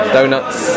Donuts